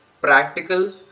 Practical